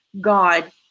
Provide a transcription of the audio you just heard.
God